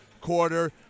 quarter